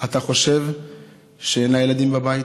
אתה חושב שאין לה ילדים בבית?